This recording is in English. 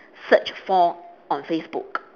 searched for on facebook